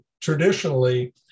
traditionally